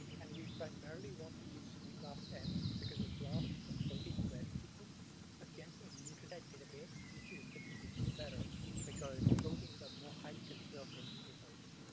and we primarily want to use tblastn and because it blasts a protein query sequence against a nucleotide database, which is significantly better because proteins are more highly conserved than and nucleotides.